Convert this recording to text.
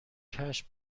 کفش